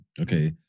Okay